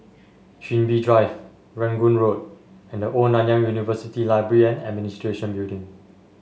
Chin Bee Drive Rangoon Road and The Old Nanyang University Library and Administration Building